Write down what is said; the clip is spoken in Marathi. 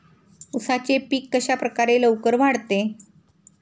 उसाचे पीक कशाप्रकारे लवकर वाढते?